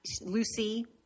Lucy